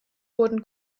wurden